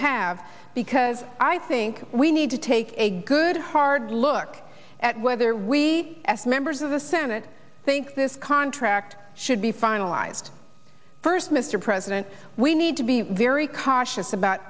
have because i think we need to take a good hard look at whether we f members of the senate think this contract should be finalized first mr president we need to be very cautious about